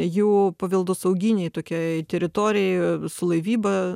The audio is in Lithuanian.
jau paveldosauginėj tokioj teritorijoj su laivyba